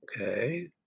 Okay